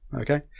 okay